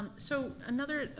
so another,